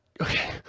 Okay